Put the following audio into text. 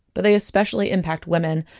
but they especially impact women,